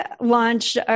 launched